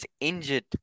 injured